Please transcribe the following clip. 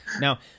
Now